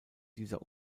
dieser